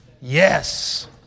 Yes